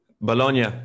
Bologna